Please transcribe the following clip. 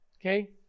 Okay